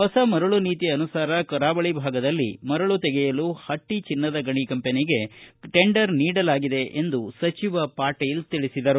ಹೊಸ ಮರಳು ನೀತಿ ಅನುಸಾರ ಕರಾವಳಿ ಭಾಗದಲ್ಲಿ ಮರಳು ತೆಗೆಯಲು ಹಟ್ಷ ಚಿನ್ನದ ಗಣಿ ಕಂಪನಿಗೆ ಟೆಂಡರ್ ನೀಡಲಾಗಿದೆ ಎಂದು ಸಚಿವ ಪಾಟೀಲ್ ತಿಳಿಸಿದರು